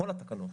כל התקנות